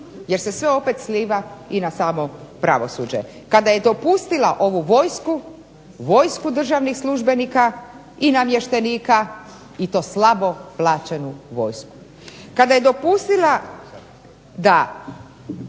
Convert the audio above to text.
jer se sve opet sliva i na samo pravosuđe kada je dopustila ovu vojsku, vojsku državnih službenika i namještenika i to slabo plaćenu vojsku, kada je dopustila da